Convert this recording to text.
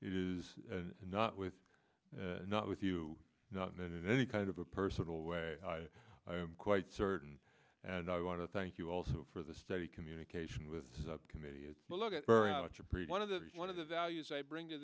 is not with and not with you not in any kind of a personal way i am quite certain and i want to thank you also for the study communication with the committee look at a pretty one of the one of the values i bring to